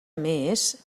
més